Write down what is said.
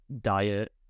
diet